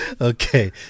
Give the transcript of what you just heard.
Okay